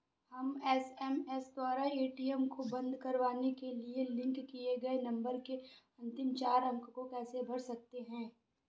हम एस.एम.एस द्वारा ए.टी.एम को बंद करवाने के लिए लिंक किए गए नंबर के अंतिम चार अंक को कैसे भर सकते हैं?